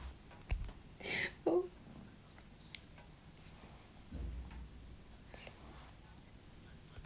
oh